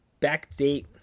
backdate